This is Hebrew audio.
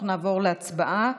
אנחנו נעבור להצבעה.